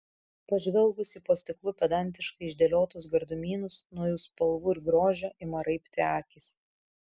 pažvelgus į po stiklu pedantiškai išdėliotus gardumynus nuo jų spalvų ir grožio ima raibti akys